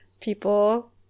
people